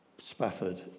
Spafford